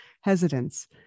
hesitance